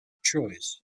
choice